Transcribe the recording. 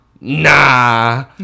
Nah